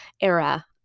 era